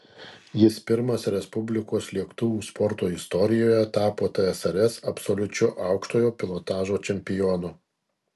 jis pirmas respublikos lėktuvų sporto istorijoje tapo tsrs absoliučiu aukštojo pilotažo čempionu